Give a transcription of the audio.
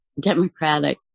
democratic